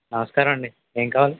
నమస్కారమండి ఏం కావాలి